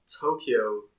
Tokyo